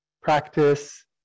practice